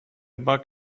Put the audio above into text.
bug